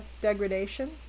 degradation